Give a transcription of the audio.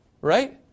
Right